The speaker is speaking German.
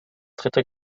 dritte